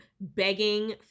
begging